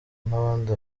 n’abandi